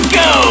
go